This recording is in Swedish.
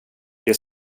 det